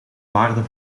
waarde